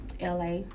la